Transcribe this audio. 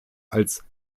als